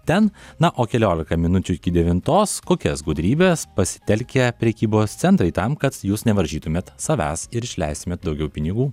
ten na o keliolika minučių iki devintos kokias gudrybes pasitelkia prekybos centrai tam kad jūs nevaržytumėt savęs ir išleistumėt daugiau pinigų